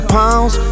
pounds